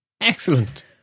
Excellent